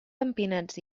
empinats